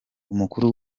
umukuru